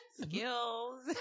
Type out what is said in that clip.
Skills